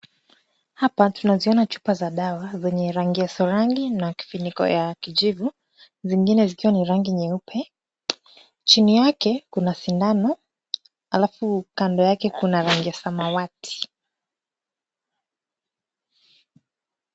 Hapa, tunaziona chupa za dawa zenye rangi ya sorangi na kifuniko ya kijivu. Zingine zikiwa rangi nyeupe. Chini yake kuna sindano, halafu kando yake kuna rangi ya samawati.